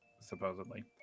supposedly